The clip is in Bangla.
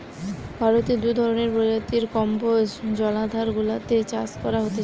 ভারতে দু ধরণের প্রজাতির কম্বোজ জলাধার গুলাতে চাষ করা হতিছে